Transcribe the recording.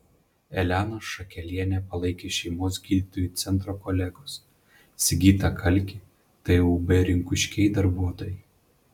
eleną šakelienę palaikė šeimos gydytojų centro kolegos sigitą kalkį tūb rinkuškiai darbuotojai